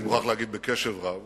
אני מוכרח להגיד בקשב רב,